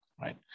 right